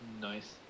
Nice